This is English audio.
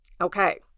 Okay